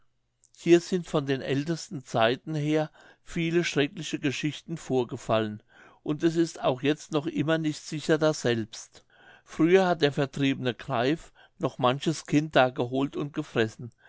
hier sind von den ältesten zeiten her viele schreckliche geschichten vorgefallen und es ist auch jetzt noch immer nicht sicher daselbst früher hat der vertriebene greif noch manches kind da geholt und gefressen